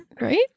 right